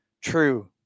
true